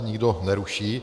Nikdo neruší.